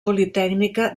politècnica